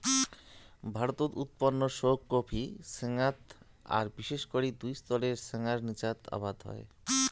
ভারতত উৎপন্ন সৌগ কফি ছ্যাঙাত আর বিশেষ করি দুই স্তরের ছ্যাঙার নীচাত আবাদ হই